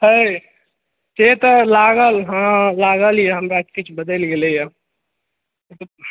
है से तऽ लागल हँ लागल यऽ हमरा किछु बदलि गेलयए